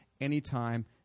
anytime